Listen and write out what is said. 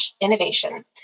innovation